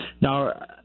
Now